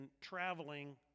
traveling